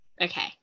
Okay